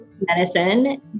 medicine